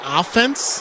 offense